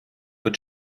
wird